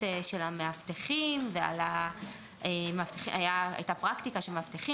של המאבטחים ואת הפרקטיקה של המאבטחים,